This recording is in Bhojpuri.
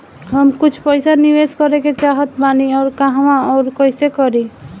हम कुछ पइसा निवेश करे के चाहत बानी और कहाँअउर कइसे करी?